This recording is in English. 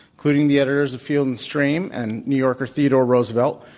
including the editors of field and stream and new yorker theodore roosevelt,